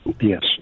yes